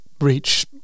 reach